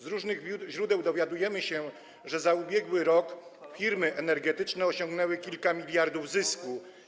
Z różnych źródeł dowiadujemy się, że za ubiegły rok firmy energetyczne osiągnęły kilka miliardów zysku.